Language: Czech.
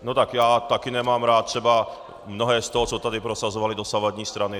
No tak já také nemám rád třeba mnohé z toho, co tady prosazovaly dosavadní strany.